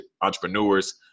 entrepreneurs